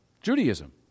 Judaism